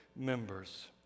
members